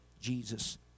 Jesus